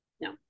No